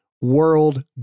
world